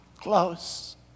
close